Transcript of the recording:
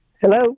Hello